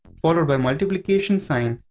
followed by multiplication sign,